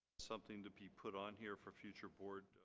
something to be put on here for future board